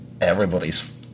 everybody's